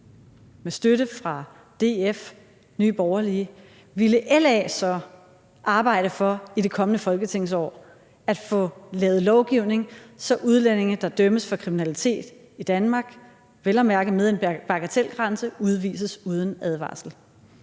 med støtte fra DF og Nye Borgerlige, ville LA så arbejde for i det kommende folketingsår at få lavet en lovgivning, så udlændinge, der dømmes for kriminalitet i Danmark – vel at mærke med en bagatelgrænse – udvises uden advarsel?